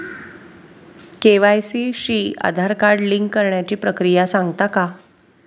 KYC शी Aadhaar card link करण्याची प्रक्रिया सांगता का?